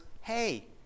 hey